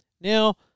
Now